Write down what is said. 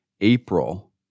April